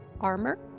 armor